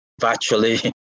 virtually